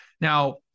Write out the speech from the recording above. Now